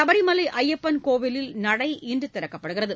சபரிமலைஐயப்பன் கோயிலில் நடை இன்றுதிறக்கப்படுகிறது